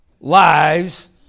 lives